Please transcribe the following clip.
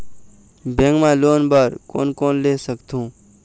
Bank मा loan बर कोन कोन ले सकथों?